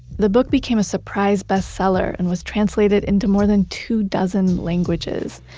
the book became a surprise bestseller and was translated into more than two dozen languages.